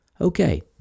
Okay